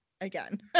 again